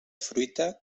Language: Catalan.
fruita